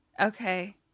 Okay